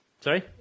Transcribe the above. Sorry